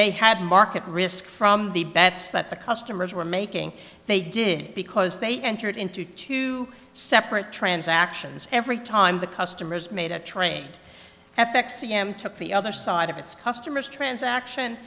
they had market risk from the bets that the customers were making they did because they entered into two separate transactions every time the customers made a trade f x c m took the other side of its customers transaction